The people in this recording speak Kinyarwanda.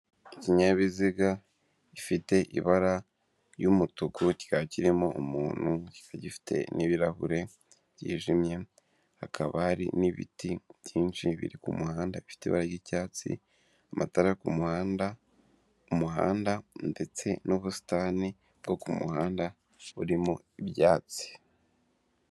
Ikinyabiziga gifite ibara ry'umutuku, kikaba kirimo umuntu, kikaba gifite n'ibirahure byijimye, hakaba hari n'ibiti byinshi biri ku muhanda bifite ibara ry'icyatsi, amatara ku muhanda, umuhanda ndetse n'ubusitani bwo ku muhanda burimo ibyatsi.